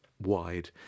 wide